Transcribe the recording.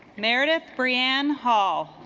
meredith brianne hall